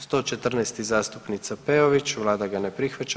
114. zastupnica Peović, vlada ga ne prihvaća.